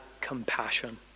compassion